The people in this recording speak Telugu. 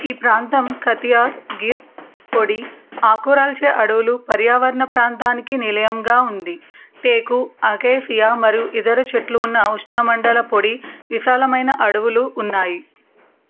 ఈ ప్రాంతం ఖతియార్ గిర్ పొడి ఆకురాల్చే అడవులు పర్యావరణ ప్రాంతానికి నిలయంగా ఉంది టేకు అకేసియా మరియు ఇతర చెట్లు ఉన్న ఉష్ణ మండల పొడి విశాలమైన అడవులు ఉన్నాయి